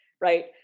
right